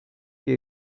que